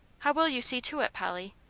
how will you see to it, polly?